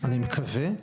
אני מקווה,